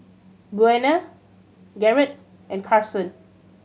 Buena Garett and Carsen